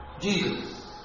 Jesus